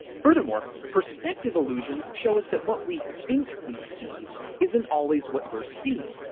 furthermore, perspective illusions shows that what we think we see isn't always what we're seeing.